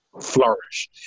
flourish